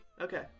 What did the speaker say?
Okay